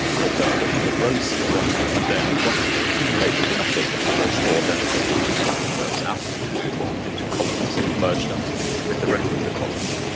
they'll first go to a row store and then once it's accumulated enough data in the row store then it will flatten those out into into columns and merge them with the rest of the columns.